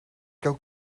gael